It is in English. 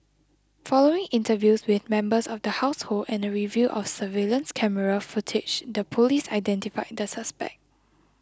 following interviews with members of the household and a review of surveillance camera footage the police identified the suspect